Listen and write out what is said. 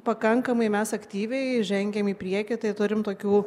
pakankamai mes aktyviai žengiam į priekį tai turim tokių